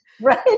right